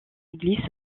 église